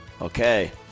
Okay